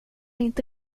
inte